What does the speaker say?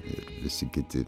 ir visi kiti